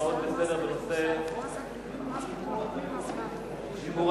הצעות לסדר-היום בעניין שיקום אתרים.